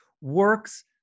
works